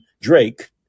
Drake